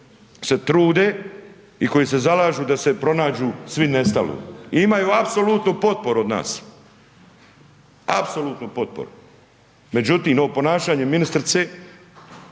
se trude i koji se zalažu da se pronađu svi nestali i imaju apsolutnu potporu od nas. Apsolutnu potporu. Međutim ovo ponašanje ministrice